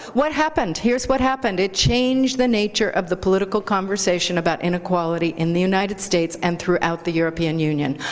what happened? here's what happened. it's changed the nature of the political conversation about inequality in the united states and throughout the european union.